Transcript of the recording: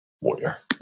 warrior